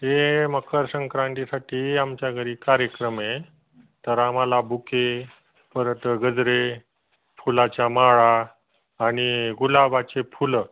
हे मकर संक्रांतीसाठी आमच्या घरी कार्यक्रम आहे तर आम्हाला बुके परत गजरे फुलाच्या माळा आणि गुलाबाचे फुलं